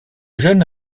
jeune